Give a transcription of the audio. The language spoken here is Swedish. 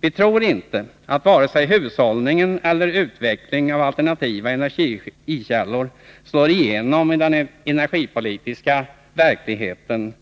Vi tror inte att vare sig hushållning eller utveckling av alternativa energikällor slår igenom i den energipolitiska verkligheten